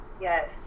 Yes